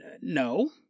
No